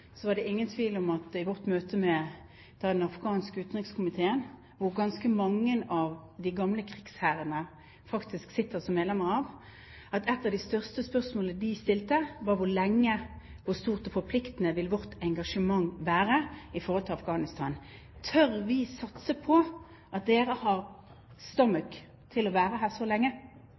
var det ingen tvil om i vårt møte med den afghanske utenrikskomiteen, hvor ganske mange av de gamle krigsherrene faktisk sitter som medlemmer, at ett av de største spørsmålene de stilte, var: Hvor stort og forpliktende vil vårt engasjement være i forhold til Afghanistan? Tør vi satse på at dere har «stomach» til å være her så lenge